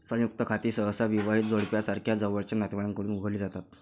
संयुक्त खाती सहसा विवाहित जोडप्यासारख्या जवळच्या नातेवाईकांकडून उघडली जातात